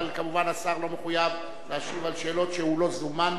אבל כמובן השר לא מחויב להשיב על שאלות שהוא לא זומן,